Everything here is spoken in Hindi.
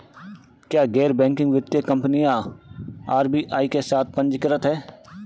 क्या गैर बैंकिंग वित्तीय कंपनियां आर.बी.आई के साथ पंजीकृत हैं?